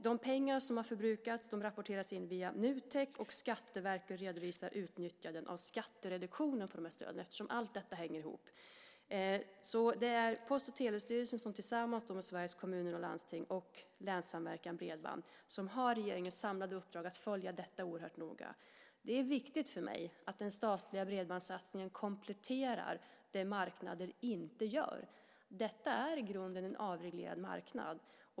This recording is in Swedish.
De pengar som har förbrukats rapporteras in via Nutek, och Skatteverket redovisar utnyttjandet av skattereduktionen på stöden, eftersom allt detta hänger ihop. Det är Post och telestyrelsen som tillsammans med Sveriges Kommuner och Landsting och Länssamverkan Bredband har regeringens samlade uppdrag att följa detta oerhört noga. Det är viktigt för mig att den statliga bredbandssatsningen kompletterar det marknaden inte gör. Detta är i grunden en avreglerad marknad.